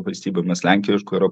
valstybėmis lenkija iš kurio